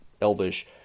Elvish